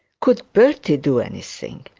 could bertie do anything?